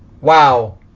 wow